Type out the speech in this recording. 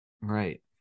Right